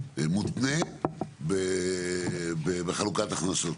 מותנית בחלוקת הכנסות.